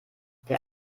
der